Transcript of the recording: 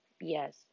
yes